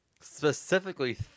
Specifically